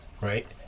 right